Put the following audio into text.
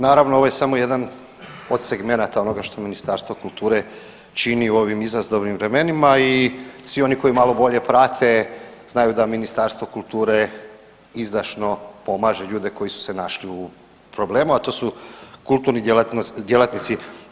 Naravno ovo je samo jedan od segmenta onoga što Ministarstvo kulture čini u ovim izazovnim vremenima i svi oni koji malo bolje prate znaju da Ministarstvo kulture izdašno pomažu ljude koji su se našli u problemu, a to su kulturni djelatnici.